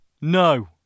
No